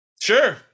Sure